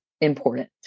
important